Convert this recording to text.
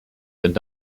and